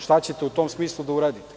Šta ćete u tom smislu da uradite?